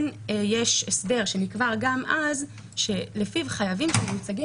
כן יש הסדר שנקבע כבר אז שלפיו חייבים שמיוצגים